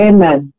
Amen